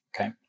okay